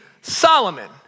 Solomon